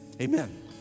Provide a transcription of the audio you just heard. Amen